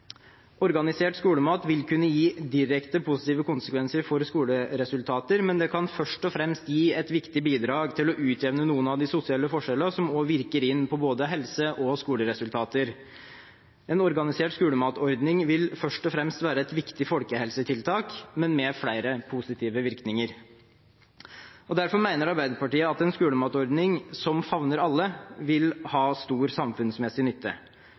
Organisert skolemat vil kunne gi direkte positive konsekvenser for skoleresultater, men det kan først og fremst gi et viktig bidrag til å utjevne noen av de sosiale forskjellene som også virker inn på både helse og skoleresultater. En organisert skolematordning vil først og fremst være et viktig folkehelsetiltak, men med flere positive virkninger. Derfor mener Arbeiderpartiet at en skolematordning som favner alle, vil ha stor samfunnsmessig nytte.